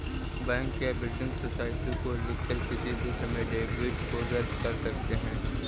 bank या building society को लिखकर किसी भी समय डेबिट को रद्द कर सकते हैं